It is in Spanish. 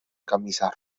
camisas